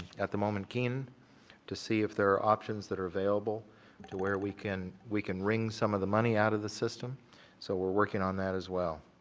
at the moment, to see if there are options that are available to where we can we can wring some of the money out of the system so we're working on that as well.